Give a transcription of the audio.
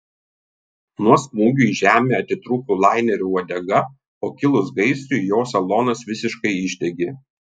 nuo smūgio į žemę atitrūko lainerio uodega o kilus gaisrui jo salonas visiškai išdegė